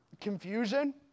confusion